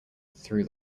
through